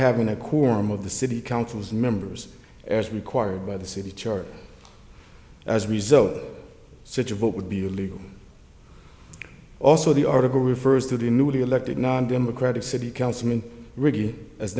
having a quorum of the city council members as required by the city charter as a result such a vote would be illegal also the article refers to the newly elected non democratic city councilman r